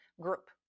group